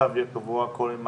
יהיה קבוע?